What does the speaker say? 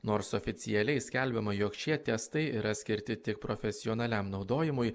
nors oficialiai skelbiama jog šie testai yra skirti tik profesionaliam naudojimui